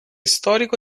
storico